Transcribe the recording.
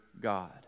God